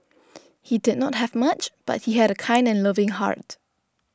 he did not have much but he had a kind and loving heart